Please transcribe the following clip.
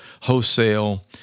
wholesale